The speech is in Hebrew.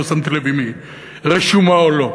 לא שמתי לב אם היא רשומה או לא.